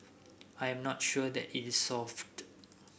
I am not sure that it is solved